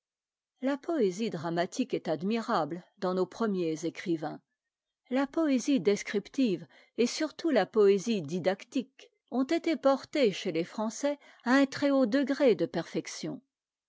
la poésie dramatique est admirable dans nos premiers écrivains la poésie descriptive et surtout la poésie didactique ont été portées chez les français à un très-haut degré de perfection